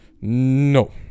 no